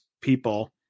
people